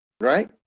Right